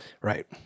Right